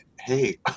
hey